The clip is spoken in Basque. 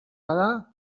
bada